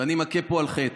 ואני מכה פה על חטא: